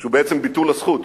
שהוא בעצם ביטול הזכות,